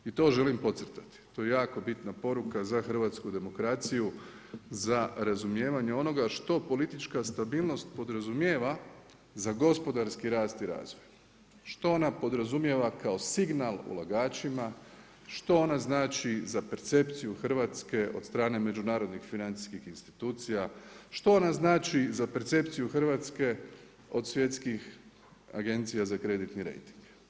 I to želim podcrtati, to je jako bitna poruka za hrvatsku demokraciju, za razumijevanje onoga što politička stabilnost podrazumijeva za gospodarski rast i razvoj, što ona podrazumijeva kao signal ulagačima, što ona znači za percepciju Hrvatske od strane međunarodnih financijskih institucija, što ona znači za percepciju Hrvatske od svjetskih agencija za kreditni rejting.